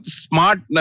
smart